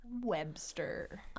Webster